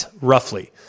roughly